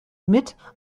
mit